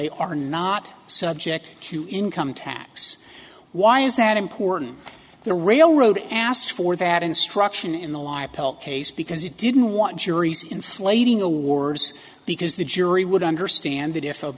are not subject to income tax why is that important the railroad asked for that instruction in the live pill case because he didn't want juries inflating awards because the jury would understand that if